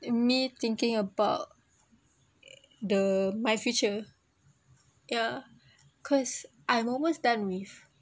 um me thinking about the my future ya cause I'm almost done with